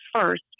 first